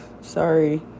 sorry